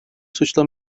suçla